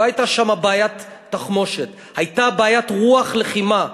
לא הייתה שם בעיית תחמושת, הייתה בעיית רוח לחימה,